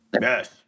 Yes